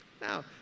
Now